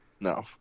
No